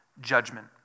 judgment